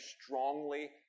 strongly